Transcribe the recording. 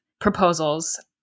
proposals